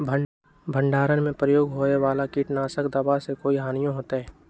भंडारण में प्रयोग होए वाला किट नाशक दवा से कोई हानियों होतै?